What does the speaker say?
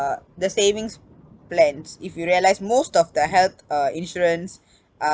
uh the savings plans if you realise most of the health uh insurance uh